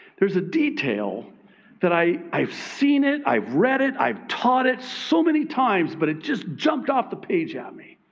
there's a detail that i have seen it, i've read it, i've taught it so many times, but it just jumped off the page at me.